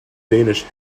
danish